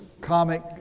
comic